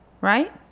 Right